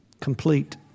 Complete